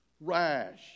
Rash